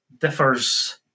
differs